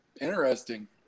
Interesting